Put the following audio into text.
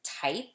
type